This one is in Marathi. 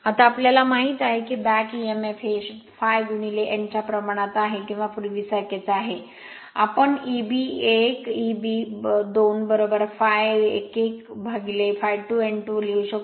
आता आम्हाला माहित आहे की बॅक emf हे ∅ n च्या प्रमाणात आहे किंवा पूर्वीसारखेच आहे आम्ही 1 2 ∅1 1 ∅2 n2 लिहू शकतो